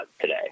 today